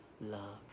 love